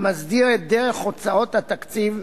המסדיר את דרך הוצאות התקציב,